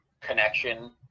connection